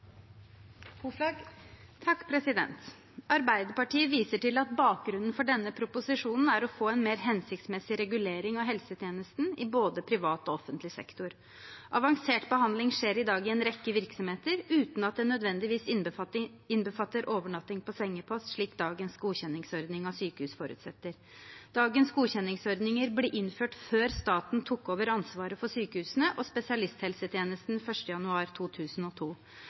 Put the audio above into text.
Arbeiderpartiet viser til at bakgrunnen for denne proposisjonen er å få en mer hensiktsmessig regulering av helsetjenesten i både privat og offentlig sektor. Avansert behandling skjer i dag i en rekke virksomheter uten at det nødvendigvis innbefatter overnatting på sengepost, slik dagens godkjenningsordning for sykehus forutsetter. Dagens godkjenningsordninger ble innført før staten tok over ansvaret for sykehusene og spesialisthelsetjenesten 1. januar 2002.